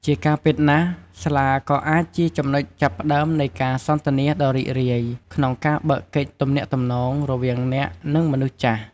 ជាការពិត ស្លាក៏អាចជាចំណុចចាប់ផ្តើមនៃការសន្ទនាដ៏រីករាយក្នុងការបើកកិច្ចទំនាក់ទំនង រវាងអ្នក និងមនុស្សចាស់។